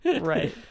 right